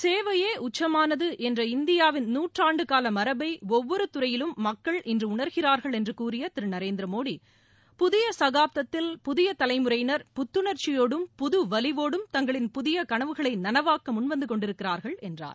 சேவையே உச்சமானது என்ற இந்தியாவின் நூற்றாண்டு கால மரபை ஒவ்வொரு துறையிலும் மக்கள் இன்று உணர்கிறார்கள் என்று கூறிய திரு நரேந்திரமோடி புதிய சகாப்தத்தில் புதிய தலைமுறையினர் புத்துணர்ச்சியோடும் புது வலிவோடும் தங்களின் புதிய களவுகளை நனவாக்க முன் வந்து கொண்டிருக்கிறார்கள் என்றார்